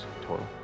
total